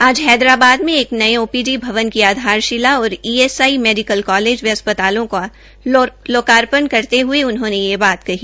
आज हैदराबाद में एक नये ओपीडी भवन की आधारशिला और ईएसआई मेडिकल कालेज व अस्पतालों के लोकार्पण करते हुए उन्होंने यह बात कही